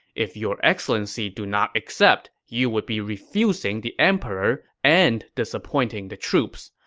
if your excellency do not accept, you would be refusing the emperor and disappointing the troops.